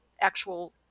actual